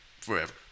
forever